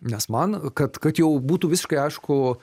nes man kad kad jau būtų visiškai aišku